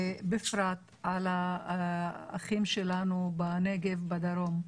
בפרט על האחים שלנו בנגב, בדרום.